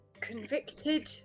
convicted